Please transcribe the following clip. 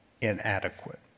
inadequate